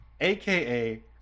aka